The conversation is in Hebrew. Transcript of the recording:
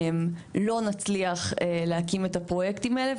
לא נצליח להקים את הפרויקטים האלה.